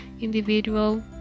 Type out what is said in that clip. individual